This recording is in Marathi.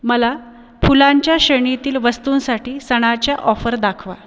मला फुलांच्या श्रेणीतील वस्तूंसाठी सणाचे ऑफर दाखवा